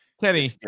Kenny